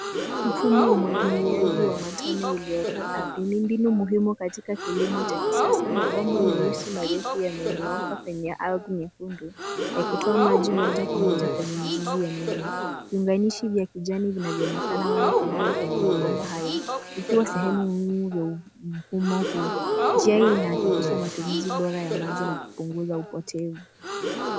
Mfumo wa umwagiliaji wa matone uliowekwa ardhini mbinu muhimu katika kilimo cha kisasa . Mabomba marefu meusi yamenyooka kwenye ardhi nyekundu yakitoa maji moja Kwa moja kwenye mizizi ya mimea. Viunganishi vya kijani vinavyoonekana mara Kwa mara kwenye mabomba haya vikiwa sehemu muhimu kwenye mfumo huu. Njia hii inaonyesha matumizi bora ya utumizi wa maji na kupunguza upotevu.